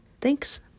Thanks